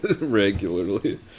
regularly